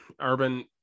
urban